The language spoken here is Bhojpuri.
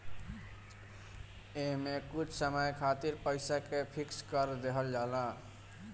एमे कुछ समय खातिर पईसा के फिक्स कर देहल जाला